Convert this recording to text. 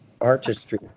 artistry